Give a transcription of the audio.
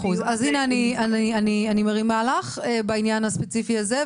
אז הנה, אני מרימה לך בעניין הספציפי הזה.